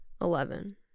Eleven